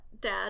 dad